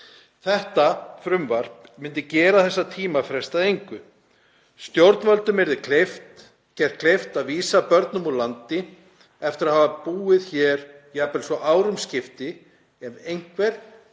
Þetta frumvarp myndi gera þessa tímafresti að engu. Stjórnvöldum yrði gert kleift að vísa börnum úr landi eftir að hafa búið hér jafnvel svo árum skipti ef einhver